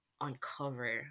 uncover